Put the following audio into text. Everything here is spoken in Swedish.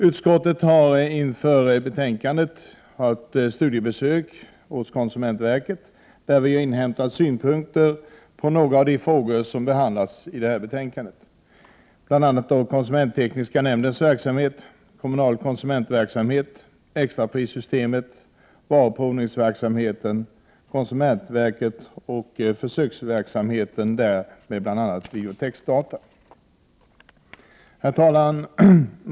Utskottet har inför betänkandet gjort studiebesök hos konsumentverket, där vi har inhämtat synpunkter på några av de frågor som behandlas i betänkandet, nämligen bl.a. konsumenttekniska nämndens verksamhet, den kommunala konsumentverksamheten, extraprissystemet, varuprovningsverksamheten vid konsumentverket och verkets försöksverksamhet med videotexdata. Herr talman!